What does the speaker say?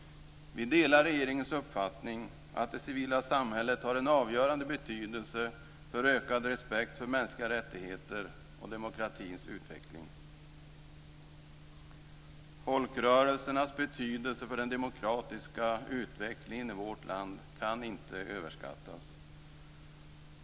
Vi delar regeringens uppfattning att det civila samhället har en avgörande betydelse för ökad respekt för mänskliga rättigheter och demokratins utveckling. Folkrörelsernas betydelse för den demokratiska utvecklingen i vårt land kan inte överskattas.